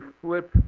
flip